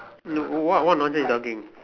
no what what nonsense you talking